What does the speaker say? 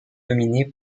dominé